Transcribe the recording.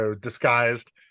disguised